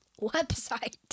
website